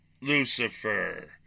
Lucifer